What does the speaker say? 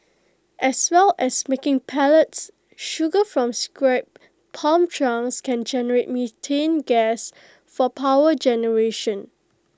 as well as making pellets sugar from scrapped palm trunks can generate methane gas for power generation